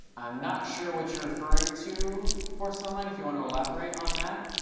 i'm not sure what you're referring to, forsunlight. if you want to elaborate on that.